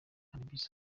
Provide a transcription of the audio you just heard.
arabie